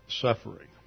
suffering